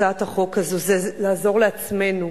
הצעת החוק הזאת, זה לעזור לעצמנו,